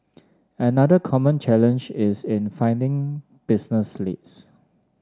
another common challenge is in finding business leads